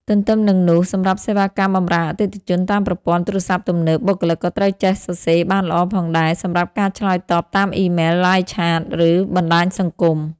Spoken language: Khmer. ទន្ទឹមនឹងនោះ សម្រាប់សេវាកម្មបម្រើអតិថិជនតាមប្រព័ន្ធទូរស័ព្ទទំនើប បុគ្គលិកក៏ត្រូវចេះសរសេរបានល្អផងដែរ សម្រាប់ការឆ្លើយតបតាមអ៊ីមែល Live Chat ឬបណ្ដាញសង្គម។